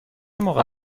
موقع